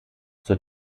zur